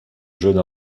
jeune